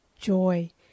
joy